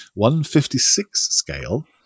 156-scale